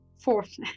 fourth